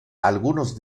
algunos